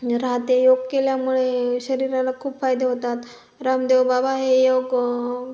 राहते योग केल्यामुळे शरीराला खूप फायदे होतात रामदेव बाबा हे योग